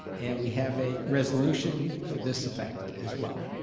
and we have a resolution for this effect as well.